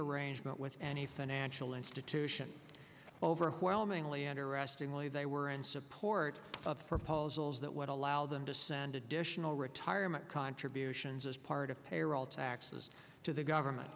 arrangement with any financial institution overwhelmingly interestingly they were in support of proposals that would allow them to send additional retirement contributions as part of payroll taxes to the government